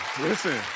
listen